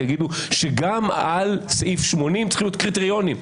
יגידו שגם על סעיף 80 צריכים להיות קריטריונים.